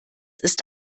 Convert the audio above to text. ist